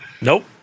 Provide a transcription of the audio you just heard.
nope